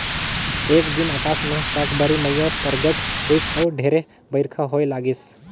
एक दिन अकास मे साकंबरी मईया परगट होईस अउ ढेरे बईरखा होए लगिस